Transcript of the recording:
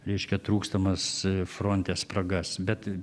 reiškia trūkstamas fronte spragas bet